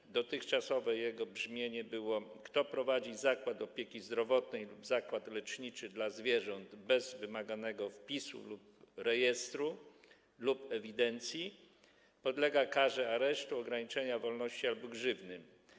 Jego dotychczasowe brzmienie było takie: „Kto prowadzi zakład opieki zdrowotnej lub zakład leczniczy dla zwierząt bez wymaganego wpisu do rejestru lub ewidencji, podlega karze aresztu, ograniczenia wolności albo grzywny”